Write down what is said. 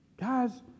Guys